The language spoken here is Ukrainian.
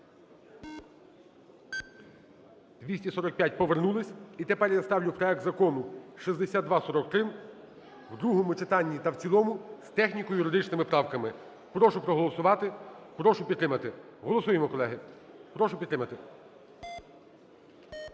За-245 Повернулись. І тепер я ставлю проект Закону 6243 у другому читанні та в цілому з техніко-юридичними правками. Прошу проголосувати, прошу підтримати. Голосуємо, колеги. Прошу підтримати.